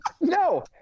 No